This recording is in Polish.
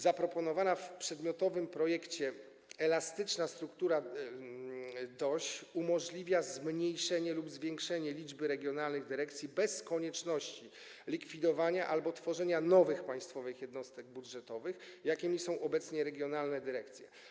Zaproponowana w przedmiotowym projekcie elastyczna struktura DOŚ umożliwia zmniejszenie lub zwiększenie liczby regionalnych dyrekcji bez konieczności likwidowania albo tworzenia nowych państwowych jednostek budżetowych, jakimi są obecnie regionalne dyrekcje.